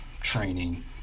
training